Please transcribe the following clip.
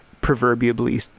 proverbially